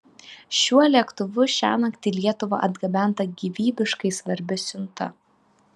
šiuo lėktuvu šiąnakt į lietuvą atgabenta gyvybiškai svarbi siunta